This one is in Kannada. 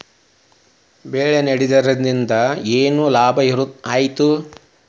ಬೆಳೆ ನೆಡುದ್ರಿಂದ ಏನ್ ಲಾಭ ಐತಿ?